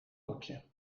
mopje